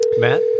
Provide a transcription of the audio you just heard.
Matt